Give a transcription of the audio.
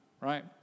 right